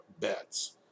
bets